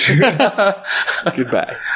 Goodbye